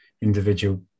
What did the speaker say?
individual